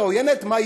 לא,